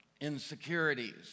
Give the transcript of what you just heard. insecurities